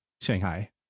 Shanghai